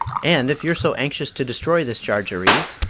and if you're so anxious to destroy this jarjarees,